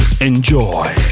Enjoy